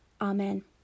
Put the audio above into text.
Amen